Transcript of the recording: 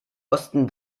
osten